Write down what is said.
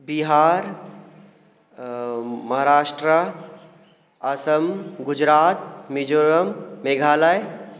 Bihar Maharashtra Assam Gujarat Mizoram Meghalaya